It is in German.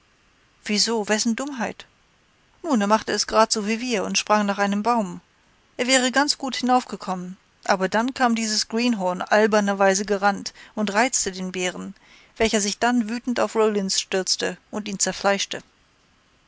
wieso wessen dummheit nun er machte es grad so wie wir und sprang nach einem baum er wäre ganz gut hinaufgekommen aber da kam dieses greenhorn alberner weise gerannt und reizte den bären welcher sich dann wütend auf rollins stürzte und ihn zerfleischte